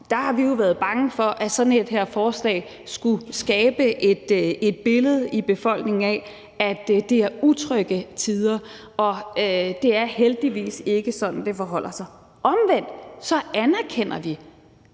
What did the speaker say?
op, har vi jo været bange for, at sådan et forslag her skulle skabe et billede i befolkningen af, at det er utrygge tider, og det er heldigvis ikke sådan, det forholder sig. Omvendt anerkender vi,